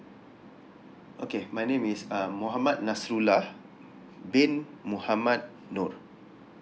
okay my name is uh mohammed nasrullah bin mohammed nor